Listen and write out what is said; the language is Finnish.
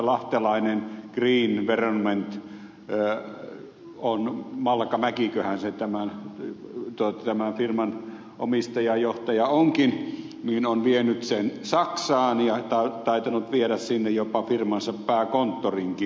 lahtelainen greenvironment malkamäkiköhän se tämän firman omistaja johtaja onkin on vienyt sen teknologian saksaan ja taitanut viedä sinne jopa firmansa pääkonttorinkin